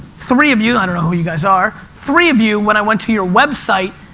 three of you, i don't know who you guys are, three of you, when i went to your website,